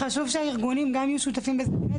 רק חשוב שהארגונים גם יהיו שותפים בזה.